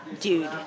dude